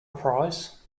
prize